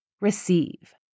receive